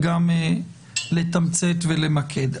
וגם לתמצת ולמקד.